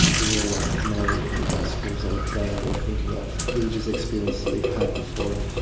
the role of mary in the gospels or praying or thinking of religious experiences they'd had before.